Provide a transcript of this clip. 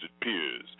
peers